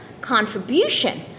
contribution